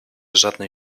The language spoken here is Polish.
żadnej